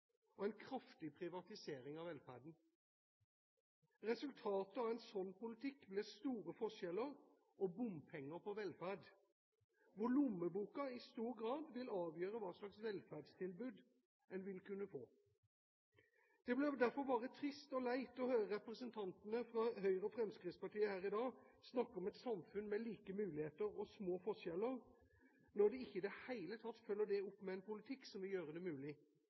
og en kraftig privatisering av velferden. Resultatet av en sånn politikk ville blitt store forskjeller og «bompenger» på velferd, hvor lommeboka i stor grad vil avgjøre hva slags velferdstilbud en vil kunne få. Det blir derfor bare trist og leit å høre representantene fra Høyre og Fremskrittspartiet her i dag snakke om et samfunn med like muligheter og små forskjeller, når de ikke i det hele tatt følger det opp med en politikk som vil gjøre det mulig,